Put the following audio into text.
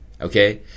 okay